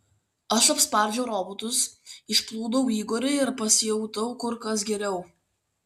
aš apspardžiau robotus išplūdau igorį ir pasijutau kur kas geriau